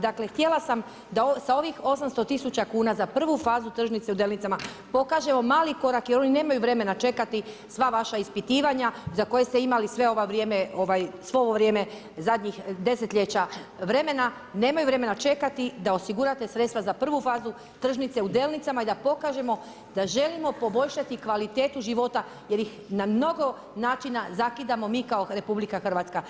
Dakle, htjela sam da sa ovih 80 000 kuna za prvu fazu tržnice u Delnicama pokažemo mali korak jer oni nemaju vremena čekati sva vaša ispitivanja za koje ste imali svo ovo vrijeme zadnjih desetljeća vremena, nemaju vremena čekati da osigurate sredstva za prvu fazu tržnice u Delnicama i da pokažemo da želimo poboljšati kvalitetu života jer ih na mnogo način zakidamo mi kao RH.